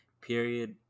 period